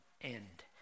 end